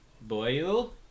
Boil